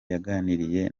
yaganiriye